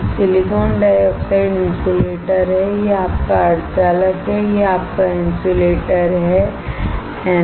silicon dioxide insulator है यह आपका सेमीकंडक्टर है यह आपका इन्सुलेटर है है ना